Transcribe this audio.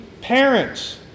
parents